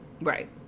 Right